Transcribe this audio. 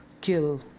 kill